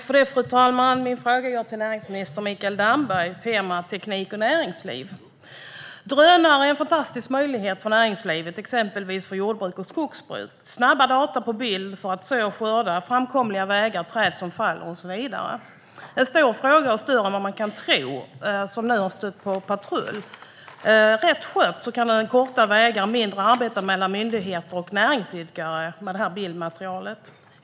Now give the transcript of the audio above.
Fru talman! Min fråga går till näringsminister Mikael Damberg, och temat är teknik och näringsliv. Drönare är en fantastisk möjlighet för näringslivet, exempelvis för jord och skogsbruk. Man får snabba data på bild för att kunna så och skörda, framkomliga vägar visas liksom träd som faller och så vidare. Detta är en större fråga än man kan tro, och nu har den stött på patrull. Rätt skött kan det här bildmaterialet ge korta vägar och mindre arbete mellan myndigheter och näringsidkare.